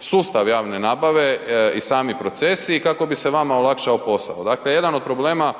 sustav javne nabave i sami procesi i kako bi se vama olakšao posao. Dakle jedan od problema